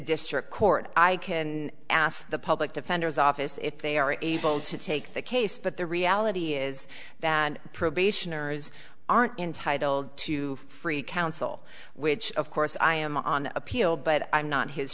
district court i can ask the public defender's office if they are able to take the case but the reality is that probationers aren't intitled to free counsel which of course i am on appeal but i'm not his